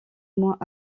mois